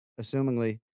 assumingly